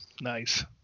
Nice